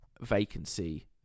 vacancy